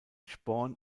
sporn